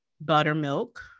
buttermilk